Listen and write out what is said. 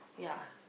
ya